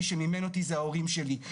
מי שמימן אותי זה ההורים שלי,